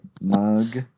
mug